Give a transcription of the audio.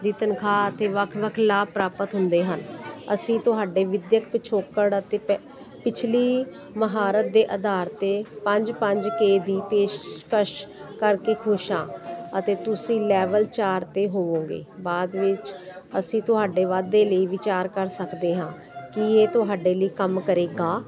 ਦੀ ਤਨਖਾਹ 'ਤੇ ਵੱਖ ਵੱਖ ਲਾਭ ਪ੍ਰਾਪਤ ਹੁੰਦੇ ਹਨ ਅਸੀਂ ਤੁਹਾਡੇ ਵਿੱਦਿਅਕ ਪਿਛੋਕੜ ਅਤੇ ਪ ਪਿਛਲੀ ਮੁਹਾਰਤ ਦੇ ਆਧਾਰ 'ਤੇ ਪੰਜ ਪੰਜ ਕੇ ਦੀ ਪੇਸ਼ਕਸ਼ ਕਰਕੇ ਖੁਸ਼ ਹਾਂ ਅਤੇ ਤੁਸੀਂ ਲੈਵਲ ਚਾਰ 'ਤੇ ਹੋਵੋਗੇ ਬਾਅਦ ਵਿੱਚ ਅਸੀਂ ਤੁਹਾਡੇ ਵਾਧੇ ਲਈ ਵਿਚਾਰ ਕਰ ਸਕਦੇ ਹਾਂ ਕੀ ਇਹ ਤੁਹਾਡੇ ਲਈ ਕੰਮ ਕਰੇਗਾ